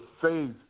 faith